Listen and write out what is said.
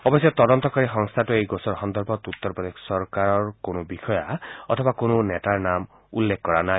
অৱশ্যে তদন্তকাৰী সংস্থাটোৱে এই গোচৰ সন্দৰ্ভত উত্তৰ প্ৰদেশ চৰকাৰৰ কোনো বিষয়া অথবা কোনো ৰাজনেতাৰ নাম উল্লেখ কৰা নাই